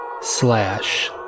slash